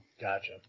gotcha